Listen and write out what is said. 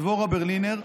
דבורה ברלינר,